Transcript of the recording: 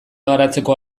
garatzeko